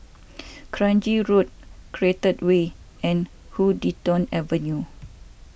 Kranji Road Create Way and Huddington Avenue